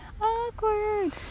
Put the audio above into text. Awkward